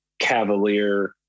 cavalier